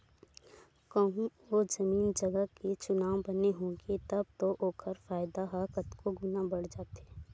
कहूँ ओ जमीन जगा के चुनाव बने होगे तब तो ओखर फायदा ह कतको गुना बड़ जाथे